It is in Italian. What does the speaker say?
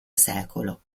secolo